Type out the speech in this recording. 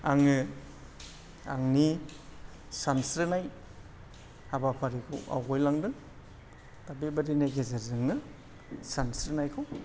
आङो आंनि सानस्रिनाय हाबाफारिखौ आवगायलांदों दा बेबायदिनि गेजेरजोंनो सानस्रिनायखौ